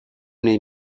nahi